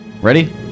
Ready